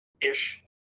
Ish